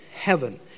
heaven